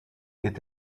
est